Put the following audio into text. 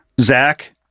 Zach